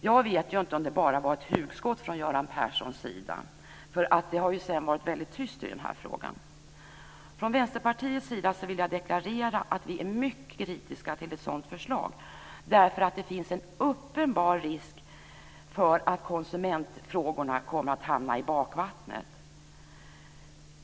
Jag vet ju inte om det bara var ett hugskott från Göran Perssons sida, eftersom det sedan har varit väldigt tyst i den här frågan. Från Vänsterpartiets sida vill jag bara deklarera att vi är mycket kritiska till ett sådant förslag, därför att det finns en uppenbar risk för att konsumentfrågorna kommer att hamna i bakvattnet.